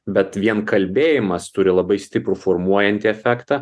bet vien kalbėjimas turi labai stiprų formuojantį efektą